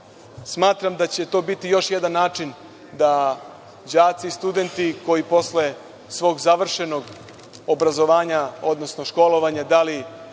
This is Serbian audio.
smatram da će to biti još jedan način da đaci i studenti koji posle svog završenog obrazovanja, odnosno školovanja, da li